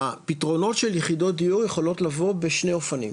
הפתרונות של יחידות דיור יכולות לבוא בשני אופנים,